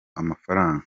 amafaranga